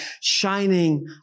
shining